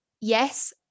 yes